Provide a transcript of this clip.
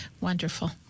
Wonderful